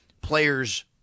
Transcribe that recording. players